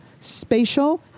spatial